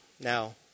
Now